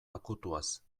akutuaz